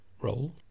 role